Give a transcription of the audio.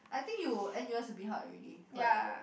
I think you n_u_s a bit hard already right